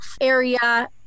area